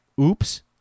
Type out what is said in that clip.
Oops